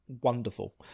Wonderful